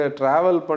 travel